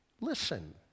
Listen